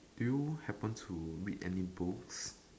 do you happen to read any books